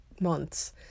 months